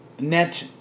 net